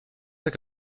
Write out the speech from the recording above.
like